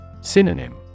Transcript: Synonym